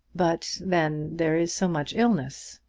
but then there is so much illness.